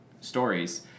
stories